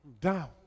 Down